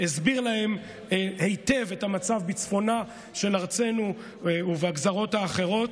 הוא הסביר להם היטב את המצב בצפונה של ארצנו ובגזרות האחרות,